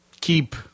Keep